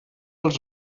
els